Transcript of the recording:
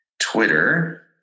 Twitter